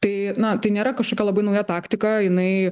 tai na tai nėra kažkokia labai nauja taktika jinai